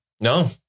No